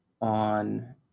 on